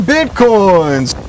Bitcoins